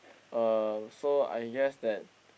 uh so I guess that